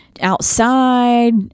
outside